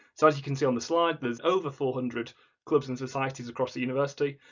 so as you can see on the slide there's over four hundred clubs and societies across the university,